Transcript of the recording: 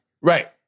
Right